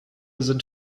sind